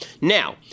Now